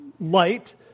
light